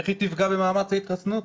איך היא תפגע במאמץ ההתחסנות?